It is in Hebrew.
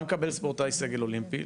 מה מקבל ספורטאי סגל אולימפי?